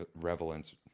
relevance